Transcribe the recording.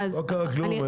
אוהד, לא קרה כלום.